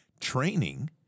training